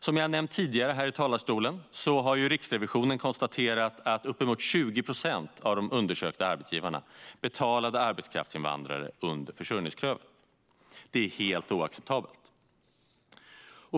Som jag har nämnt tidigare här i talarstolen har Riksrevisionen konstaterat att uppemot 20 procent av de undersökta arbetsgivarna betalade arbetskraftsinvandrare under försörjningskravet. Det är helt oacceptabelt.